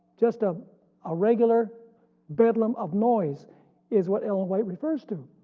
just a ah regular bedlam of noise is what ellen white refers to.